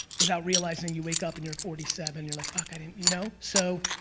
without realizing you wake up and you're forty seven, you're like fuck, i didn't, you know? so,